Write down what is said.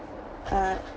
uh